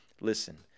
Listen